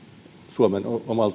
suomen